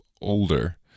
older